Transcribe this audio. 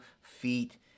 feet